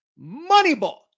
Moneyball